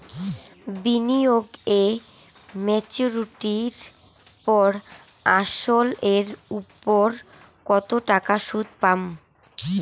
বিনিয়োগ এ মেচুরিটির পর আসল এর উপর কতো টাকা সুদ পাম?